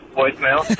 voicemail